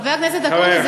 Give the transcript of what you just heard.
חבר הכנסת אקוניס,